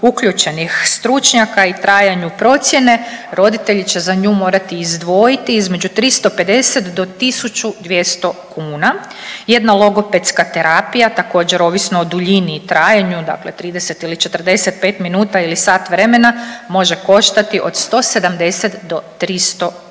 uključenih stručnjaka i trajanju procijene roditelji će za nju morati izdvojiti između 350 do 1200 kuna. Jedna logopedska terapija također ovisno o duljini i trajanju, dakle 30 ili 45 minuta ili sat vremena, može koštati od 170 do 300 kuna.